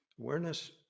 Awareness